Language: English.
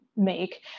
make